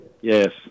Yes